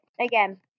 again